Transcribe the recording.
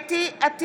חוה אתי עטייה,